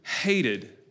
hated